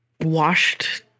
washed